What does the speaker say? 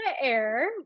air